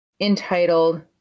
entitled